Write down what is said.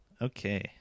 Okay